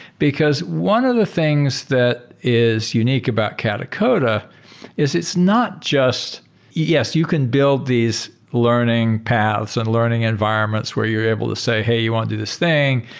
because one of the things that is unique about katacoda is it's not just yes, you can build these learning paths and learning environments where you're able to say, hey, you want to do this thing?